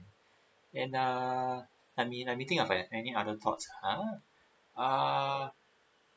and ah let me let me think about any other thoughts ah err